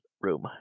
room